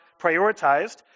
prioritized